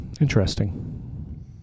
Interesting